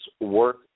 work